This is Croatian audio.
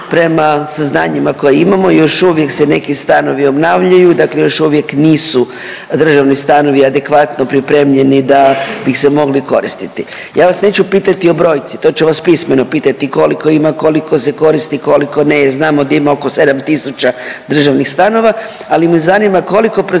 prema saznanjima koje imamo još uvijek se neki stanovi obnavljaju, dakle još uvijek nisu državni stanovi adekvatno pripremljeni da bi se mogli koristiti. Ja vas neću pitati o brojci, to ću vas pismeno pitati koliko ima, koliko se koristi, koliko ne, jer znamo da ima oko 7000 državnih stanova. Ali me zanima koliko